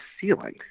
ceiling